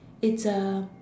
it's a